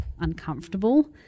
uncomfortable